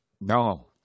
no